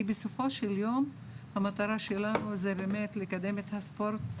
כי בסופו של יום המטרה שלנו זה באמת לקדם את הספורט,